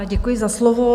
Děkuji za slovo.